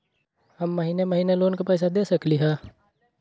हम महिने महिने लोन के पैसा दे सकली ह?